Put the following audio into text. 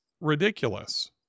ridiculous